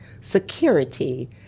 security